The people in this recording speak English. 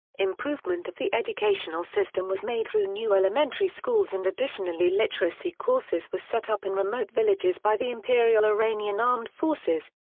improvement of the educational system was made through new elementary schools and additionally literacy courses were set up in remote villages by the imperial iranian armed forces,